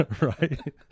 right